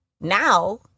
now